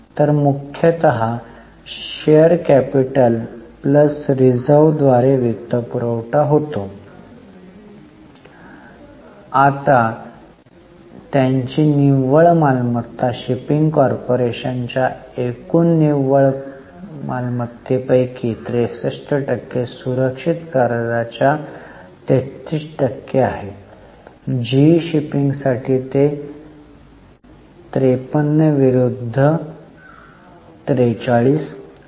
तर मुख्यत shares capital plus reserve द्वारे वित्तपुरवठा होतो आता त्यांची निव्वळ मालमत्ता शिपिंग कॉर्पोरेशनच्या एकूण निव्वळ पैकी 63 टक्के सुरक्षित कर्जाच्या 33 टक्के आहे जीई शिपिंगसाठी ते 53 विरूद्ध 43 आहे